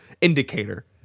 indicator